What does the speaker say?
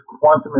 quantum